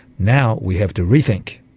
now we have to rethink.